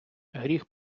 гріх